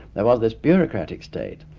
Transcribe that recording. there was this bureaucratic state,